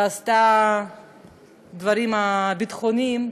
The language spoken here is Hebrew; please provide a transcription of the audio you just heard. ועשתה דברים ביטחוניים,